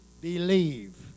believe